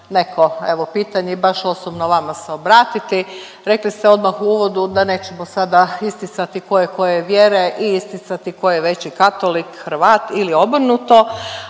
evo pitanje i baš osobno vama se obratiti. Rekli ste odmah u uvodu da nećemo sada isticati ko je koje vjere i isticati ko je veći katolik Hrvat ili obrnuto,